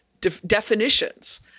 definitions